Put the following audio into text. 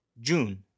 June